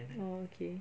orh okay